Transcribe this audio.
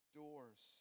doors